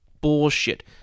Bullshit